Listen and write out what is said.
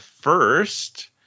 First